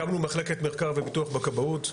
הקמנו מחלקת מחקר ופיתוח בכבאות.